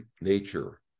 nature